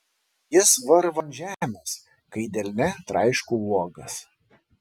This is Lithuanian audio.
jis varva ant žemės kai delne traiškau uogas